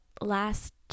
last